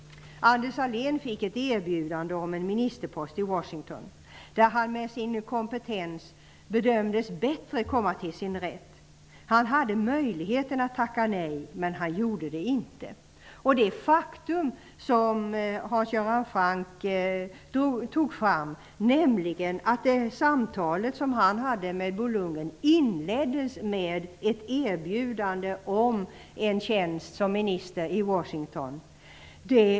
Anders Sahlén fick ett erbjudande om en ministerpost i Washington. Där bedömdes han -- med sin kompetens -- komma bättre till sin rätt. Han hade möjlighet att tacka nej, men han gjorde det inte. Hans Göran Franck tog upp det faktum att det samtal som Anders Sahlén hade med Bo Lundgren inleddes med ett erbjudande om en tjänst som minister i Washington.